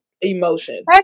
emotion